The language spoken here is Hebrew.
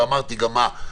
וגם אמרתי מה.